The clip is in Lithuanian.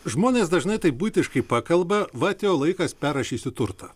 žmonės dažnai taip buitiškai pakalba va atėjo laikas perrašysiu turtą